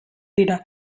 dira